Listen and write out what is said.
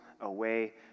away